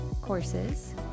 courses